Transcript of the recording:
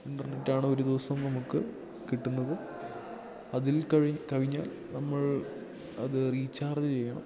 ഇൻ്റർനെറ്റാണ് ഒരു ദിവസം നമുക്ക് കിട്ടുന്നത് അതിൽ കവിഞ്ഞാൽ നമ്മൾ അത് റീചാർജ് ചെയ്യണം